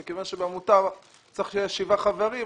מכיוון שלעמותה צריך שיהיו שבעה חברים,